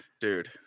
dude